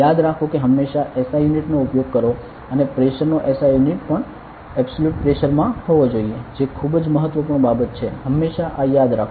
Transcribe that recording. યાદ રાખો કે હંમેશા SI યુનિટ નો ઉપયોગ કરો અને પ્રેશર નો SI યુનિટ પણ એબ્સોલ્યુટ પ્રેશર માં હોવો જોઈએ જે ખૂબ જ મહત્વપૂર્ણ બાબત છે હંમેશા આ યાદ રાખો